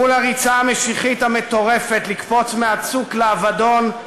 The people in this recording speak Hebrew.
מול הריצה המשיחית המטורפת לקפוץ מהצוק לאבדון,